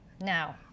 now